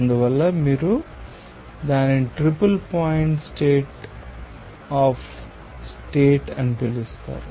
అందువల్ల మీరు దానిని triple point state of state అని పిలుస్తారు